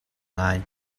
ngai